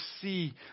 see